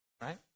right